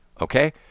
okay